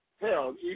Hell